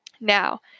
Now